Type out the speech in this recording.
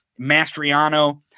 Mastriano